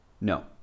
No